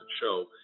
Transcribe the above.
show